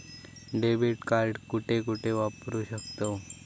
Debit card कुठे कुठे वापरू शकतव?